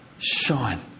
Shine